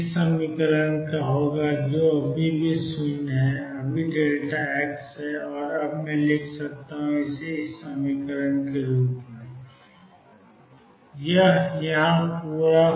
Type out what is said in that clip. x10 जो 0 है अभी xहै और अब मैं लिख सकता हूं x2mVx Eψ